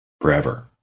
forever